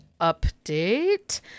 update